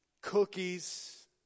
cookies